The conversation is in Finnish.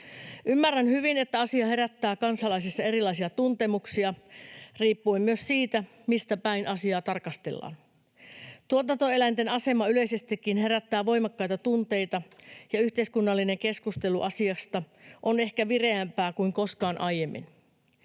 Ymmärrän hyvin, että asia herättää kansalaisissa erilaisia tuntemuksia riippuen myös siitä, mistä päin asiaa tarkastellaan. Tuotantoeläinten asema yleisestikin herättää voimakkaita tunteita, ja yhteiskunnallinen keskustelu asiasta on ehkä vireämpää kuin koskaan aiemmin.